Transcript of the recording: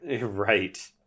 Right